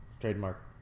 Trademark